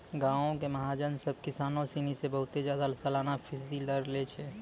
गांवो के महाजन सभ किसानो सिनी से बहुते ज्यादा सलाना फीसदी दर लै छै